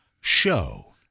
Show